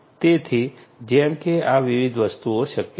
તેથી જેમ કે આ વિવિધ વસ્તુઓ શક્ય છે